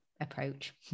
approach